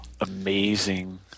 Amazing